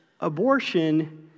Abortion